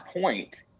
point